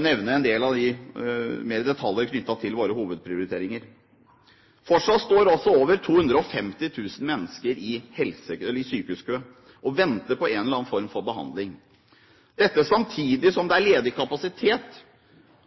nevne en del detaljer knyttet til våre hovedprioriteringer. Fortsatt står over 250 000 mennesker i sykehuskø og venter på en eller annen form for behandling, samtidig som det er ledig kapasitet